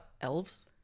elves